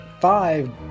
five